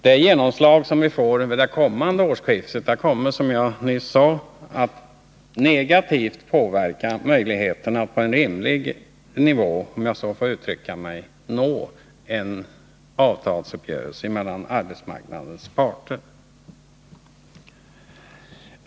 Det genomslag som vi får vid det nu förestående årsskiftet kommer, som jag nyss sade, att negativt påverka möjligheterna att på en — om jag så får uttrycka mig — rimlig nivå nå en avtalsuppgörelse mellan arbetsmarknadens parter.